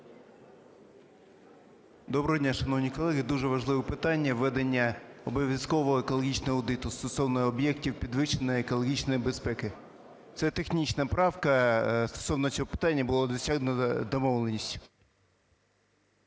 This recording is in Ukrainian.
Доброго дня, шановні колеги, дуже важливе питання введення обов'язкового екологічного аудиту стосовно об'єктів підвищеної екологічної безпеки. Це технічна правка. Стосовно цього питання була досягнута домовленість.